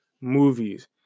movies